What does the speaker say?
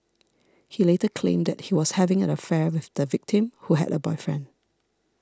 he later claimed that he was having an affair with the victim who had a boyfriend